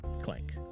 Clank